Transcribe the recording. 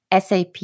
SAP